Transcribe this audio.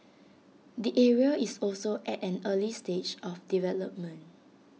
the area is also at an early stage of development